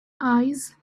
eyes